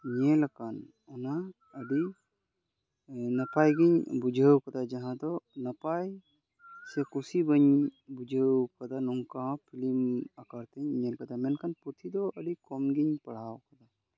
ᱧᱮᱞ ᱟᱠᱟᱱ ᱚᱱᱟ ᱟᱹᱰᱤ ᱱᱟᱯᱟᱭ ᱜᱤᱧ ᱵᱩᱡᱷᱟᱹᱣ ᱠᱟᱫᱟ ᱡᱟᱦᱟᱸ ᱫᱚ ᱱᱟᱯᱟᱭ ᱥᱮ ᱠᱩᱥᱤ ᱵᱟᱹᱧ ᱵᱩᱡᱷᱟᱹᱣ ᱠᱟᱫᱟ ᱱᱚᱝᱠᱟ ᱦᱚᱸ ᱯᱷᱤᱞᱤᱢ ᱟᱠᱟᱫᱟᱹᱧ ᱧᱮᱞ ᱠᱟᱫᱟ ᱢᱮᱱᱠᱷᱟᱱ ᱯᱩᱛᱷᱤ ᱫᱚ ᱟᱹᱰᱤ ᱠᱚᱢ ᱜᱤᱧ ᱯᱟᱲᱦᱟᱣ ᱟᱠᱟᱫᱟ